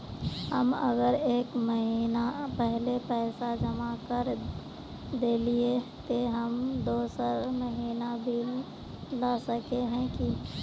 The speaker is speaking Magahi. हम अगर एक महीना पहले पैसा जमा कर देलिये ते हम दोसर महीना बिल ला सके है की?